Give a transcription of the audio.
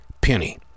penny